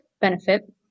benefit